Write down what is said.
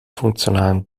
funktionalen